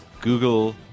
Google